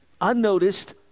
unnoticed